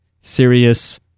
Sirius